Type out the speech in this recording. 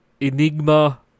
Enigma